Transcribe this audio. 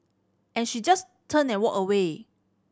and she just turned and walked away